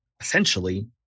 essentially